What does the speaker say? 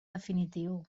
definitiu